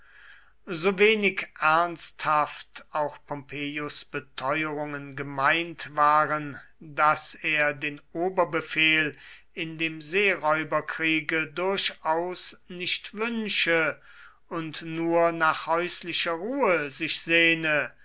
so wenig ernsthaft auch pompeius beteuerungen gemeint waren daß er den oberbefehl in dem seeräuberkriege durchaus nicht wünsche und nur nach häuslicher ruhe sich sehne